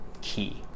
key